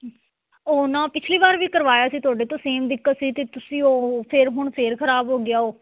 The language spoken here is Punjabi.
ਉਹ ਨਾ ਪਿਛਲੀ ਵਾਰ ਵੀ ਕਰਵਾਇਆ ਸੀ ਤੁਹਾਡੇ ਤੋਂ ਸੇਮ ਦਿੱਕਤ ਸੀ ਅਤੇ ਤੁਸੀਂ ਉਹ ਫਿਰ ਹੁਣ ਫਿਰ ਖਰਾਬ ਹੋ ਗਿਆ ਉਹ